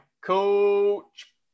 coach